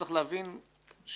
צריך להבין,